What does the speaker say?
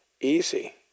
easy